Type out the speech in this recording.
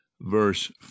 verse